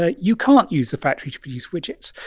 ah you can't use the factory to produce widgets.